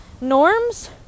norms